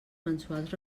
mensuals